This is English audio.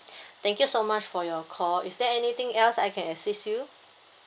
thank you so much for your call is there anything else I can assist you